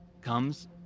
comes